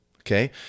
okay